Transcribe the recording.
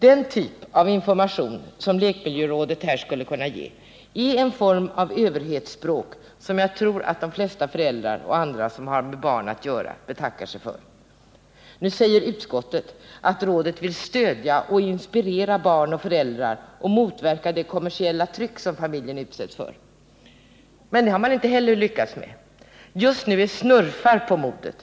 Den typ av information som lekmiljörådet här skulle kunna ge är en form av överhetsspråk som jag tror att de flesta föräldrar och andra som har med barn att göra betackar sig för. Nu säger utskottet: ”Rådet vill stödja och inspirera barn och föräldrar och motverka det kommersiella tryck som familjen är utsatt för.” Men det har man inte heller lyckats med. Just nu är smurfar på modet.